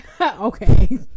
okay